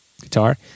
guitar